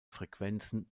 frequenzen